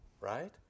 Right